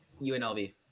UNLV